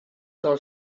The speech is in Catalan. del